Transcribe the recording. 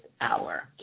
hour